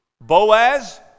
boaz